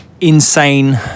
Insane